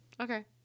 Okay